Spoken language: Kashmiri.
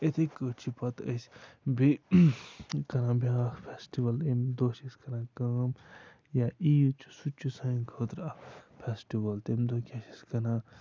یِتھَے کٲٹھۍ چھِ پَتہٕ أسۍ بیٚیہ کَران بیٛاکھ فٮ۪سٹِوَل اَمہِ دۄہ چھِ أسۍ کَران کٲم یا عیٖد چھِ سُہ تہِ چھِ سانہِ خٲطرٕ اَکھ فٮ۪سٹِوَل تَمہِ دۄہ کیٛاہ چھِ أسۍ کَران